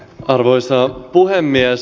arvoisa puhemies